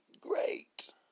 great